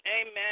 Amen